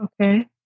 Okay